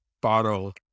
bottle